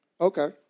Okay